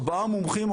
ארבעה מומחים,